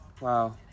wow